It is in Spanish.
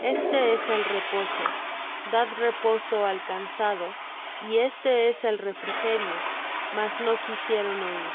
este es el reposo dad reposo al cansado y éste es el refrigerio mas no quisieron oir